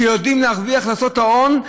שיודעים להרוויח, לעשות הון,